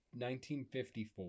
1954